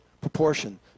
proportion